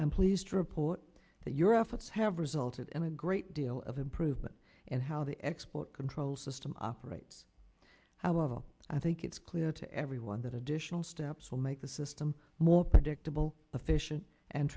i'm pleased to report that your efforts have resulted in a great deal of improvement and how the export control system operates however i think it's clear to everyone that additional steps will make the system more predictable efficient and